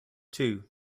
two